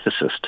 ethicist